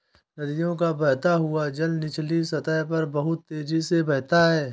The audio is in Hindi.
नदियों का बहता हुआ जल निचली सतह पर बहुत तेजी से बहता है